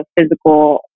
physical